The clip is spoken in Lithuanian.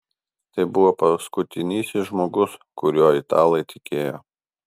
tai buvo paskutinysis žmogus kuriuo italai tikėjo